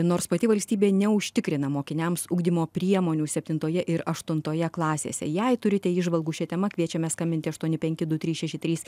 nors pati valstybė neužtikrina mokiniams ugdymo priemonių septintoje ir aštuntoje klasėse jei turite įžvalgų šia tema kviečiame skambinti aštuoni penki du trys šeši trys